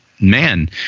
man